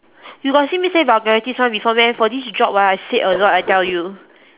you got see me say vulgarities [one] before meh for this job !wah! I said a lot I tell you